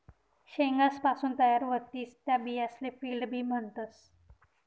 शेंगासपासून तयार व्हतीस त्या बियासले फील्ड बी म्हणतस